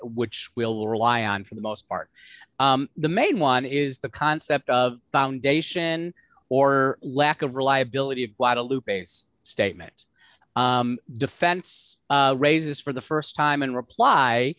which will rely on for the most part the main one is the concept of foundation or lack of reliability of guadalupe statement defense raises for the st time in reply